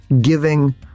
giving